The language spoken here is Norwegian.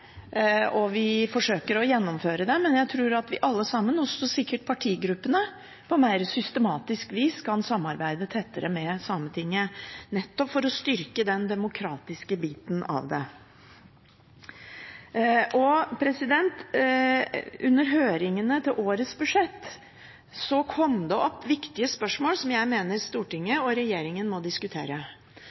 og vi forsøker å gjennomføre det, men jeg tror at vi alle sammen, sikkert også partigruppene, kan samarbeide tettere med Sametinget på et mer systematisk vis, nettopp for å styrke den demokratiske biten av det. Under høringene til årets budsjett kom det opp viktige spørsmål som jeg mener Stortinget og regjeringen må diskutere,